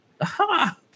aha